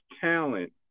talent